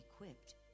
equipped